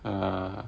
uh